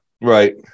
Right